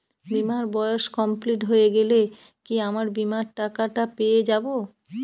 বীমার বয়স কমপ্লিট হয়ে গেলে কি আমার বীমার টাকা টা পেয়ে যাবো?